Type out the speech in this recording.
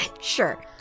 Sure